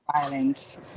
violence